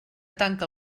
tanca